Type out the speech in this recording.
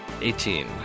Eighteen